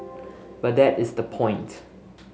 but that is the point